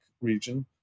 region